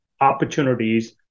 opportunities